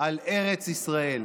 על ארץ ישראל.